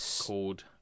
called